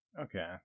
Okay